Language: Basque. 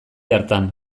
hartan